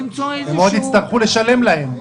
הם עוד יצטרכו לשלם להם.